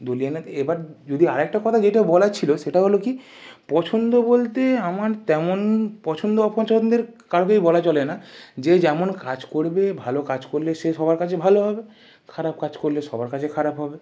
দলীয় নেতা এবার যদি আর একটা কথা যেটা বলার ছিল সেটা হল কী পছন্দ বলতে আমার তেমন পছন্দ অপছন্দের কাউকেই বলা চলে না যে যেমন কাজ করবে ভালো কাজ করলে সে সবার কাছে ভালো হবে খারাপ কাজ করলে সবার কাছে খারাপ হবে